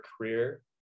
career